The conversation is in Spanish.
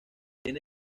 tiene